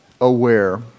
aware